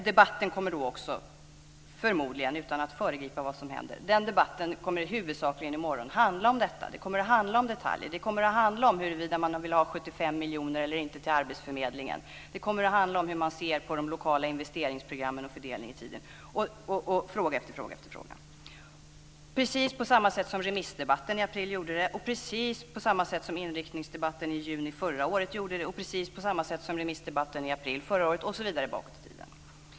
Debatten kommer förmodligen - utan att föregripa vad som ska hända - i huvudsak att handla om detta. Den kommer att handla om detaljer. Den kommer att handla om huruvida man vill ha 75 miljoner kronor eller inte till arbetsförmedlingen. Den kommer att handla om hur man ser på de lokala investeringsprogrammen och fördelningen i tiden, osv. Det är precis på samma sätt som med remissdebatten i april. Det är precis på samma sätt som med inriktningsdebatten i juni förra året. Det är precis på samma sätt som med remissdebatten i april förra året, osv. bakåt i tiden.